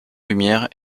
lumière